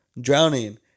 drowning